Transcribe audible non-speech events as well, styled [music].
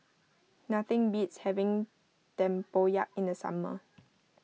[noise] nothing beats having Tempoyak in the summer